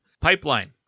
PIPELINE